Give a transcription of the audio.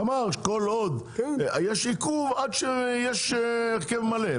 הוא אמר שכל עוד יש עיכוב עד שיש הרכב מלא.